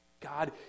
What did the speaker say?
God